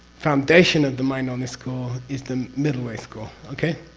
foundation of the mind-only school is the middle way school, okay?